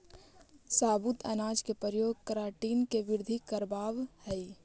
साबुत अनाज के प्रयोग केराटिन के वृद्धि करवावऽ हई